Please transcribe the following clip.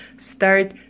start